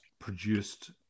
produced